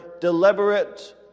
deliberate